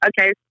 okay